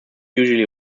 usually